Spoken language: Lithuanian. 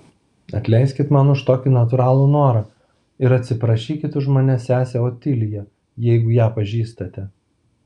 atleiskit man už tokį natūralų norą ir atsiprašykit už mane sesę otiliją jeigu ją pažįstate